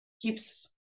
keeps